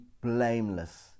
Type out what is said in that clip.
blameless